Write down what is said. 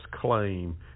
claim